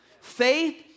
Faith